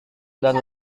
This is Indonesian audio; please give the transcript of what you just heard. dan